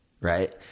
Right